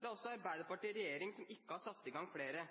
Det er også Arbeiderpartiet i regjering som ikke har satt i gang flere.